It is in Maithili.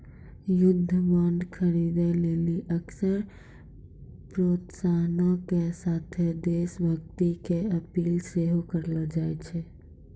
युद्ध बांड खरीदे लेली अक्सर प्रोत्साहनो के साथे देश भक्ति के अपील सेहो करलो जाय छै